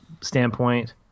standpoint